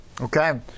Okay